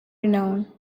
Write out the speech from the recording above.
renown